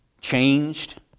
changed